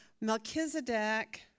Melchizedek